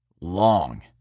long